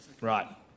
Right